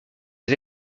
les